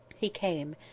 he came.